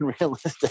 unrealistic